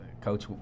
Coach